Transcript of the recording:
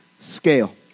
scale